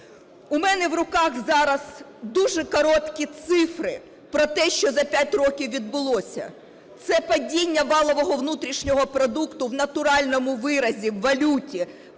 У мене в руках зараз дуже короткі цифри про те, що за п'ять років відбулося. Це падіння валового внутрішнього продукту в натуральному виразі у валюті